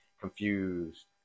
confused